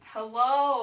Hello